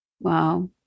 Wow